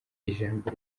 ijambo